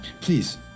Please